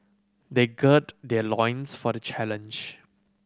they gird their loins for the challenge